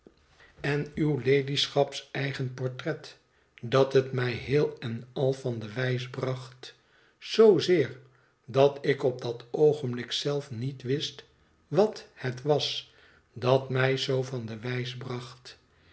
en uw ladyschaps eigen portret dat het mij heel en al van de wijs bracht zoozeer dat ik op dat oogenblik zelf niet wist wat het was dat mij zoo van de wijs bracht